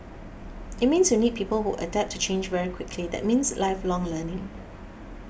it means you need people who adapt to change very quickly that means lifelong learning